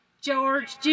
George